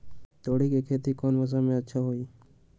तोड़ी के खेती कौन मौसम में अच्छा होई?